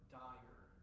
dire